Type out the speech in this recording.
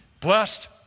Blessed